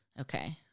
Okay